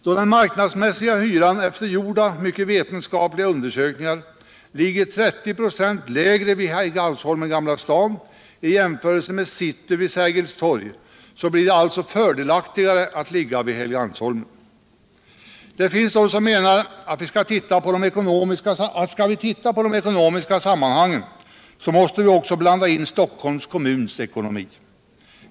Då den marknadsmässiga hyran efter gjorda, mycket vetenskapliga undersökningar ligger 30 ?a lägre kring Helgeandsholmen-Gamila stan än i City vid Sergels torg, blir det alltså fördelaktigare att ligga vid Helgeandsholmen. Det finns de som menar att skall vi titta på de ekonomiska sammanhangen, så måste vi också blanda in Stockholms kommuns ekonomi.